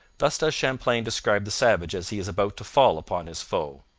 thus does champlain describe the savage as he is about to fall upon his foe.